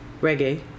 reggae